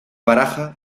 baraja